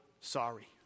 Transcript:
Sorry